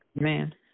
amen